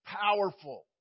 powerful